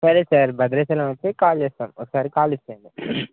సరే సార్ భద్రాచలం వస్తే కాల్ చేస్తాం ఒకసారి కాల్ ఎత్తేయండి